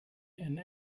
and